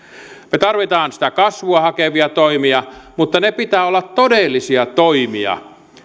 me tarvitsemme sitä kasvua hakevia toimia mutta niiden pitää olla todellisia toimia